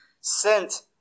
sent